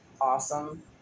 awesome